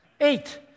Eight